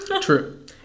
true